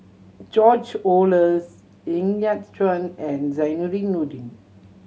George Oehlers Ng Yat Chuan and Zainudin Nordin